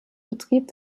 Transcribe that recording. betrieb